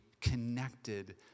connected